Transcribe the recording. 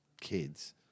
kids